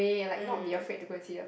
mm